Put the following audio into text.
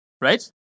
right